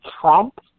Trump